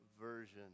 version